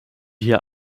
hier